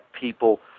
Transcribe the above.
people